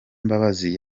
mbabazi